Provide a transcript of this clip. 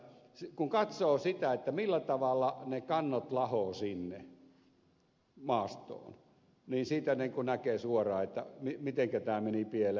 kun katsoo sitä millä tavalla ne kannot lahoavat sinne maastoon niin siitä näkee suoraan mitenkä tämä meni pieleen